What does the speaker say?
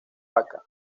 vaca